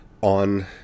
on